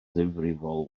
ddifrifol